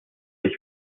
ich